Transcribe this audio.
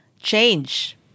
change